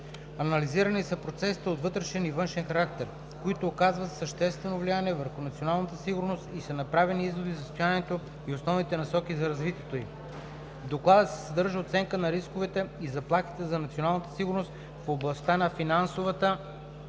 Анализирани са процесите от вътрешен и външен характер, които оказват съществено влияние върху националната сигурност и са направени изводи за състоянието и основните насоки за развитието ѝ. В Доклада се съдържа оценка на рисковете и заплахите за националната сигурност в областта на финансовата